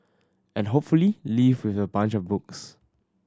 and hopefully leave with a bunch of books